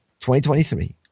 2023